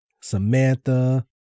Samantha